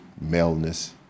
maleness